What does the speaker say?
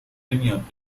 نمیاد